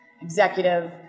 executive